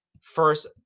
first